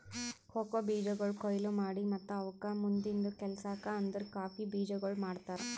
cocoa ಬೀಜಗೊಳ್ ಕೊಯ್ಲಿ ಮಾಡಿ ಮತ್ತ ಅವುಕ್ ಮುಂದಿಂದು ಕೆಲಸಕ್ ಅಂದುರ್ ಕಾಫಿ ಬೀಜಗೊಳ್ ಮಾಡ್ತಾರ್